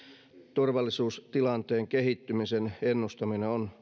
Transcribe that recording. turvallisuustilanteen kehittymisen ennustaminen on